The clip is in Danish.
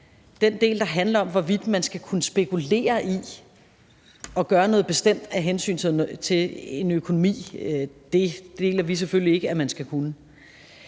den del, der handler om, hvorvidt man skal kunne spekulere i at gøre noget bestemt af hensyn til økonomi, at det mener vi selvfølgelig ikke at man skal kunne,